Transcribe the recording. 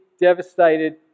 devastated